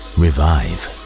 revive